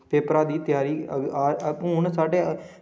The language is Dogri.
पेपरै दी त्यारी हून साढ़ै